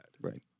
Right